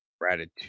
gratitude